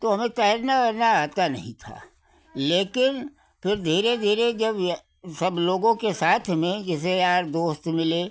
तो हमें तैरना वैरना आता नहीं था लेकिन फिर धीरे धीरे जब ये सब लोगों के साथ में जैसे यार दोस्त मिले